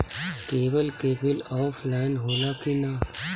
Cable के bill offline होला कि ना?